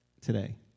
today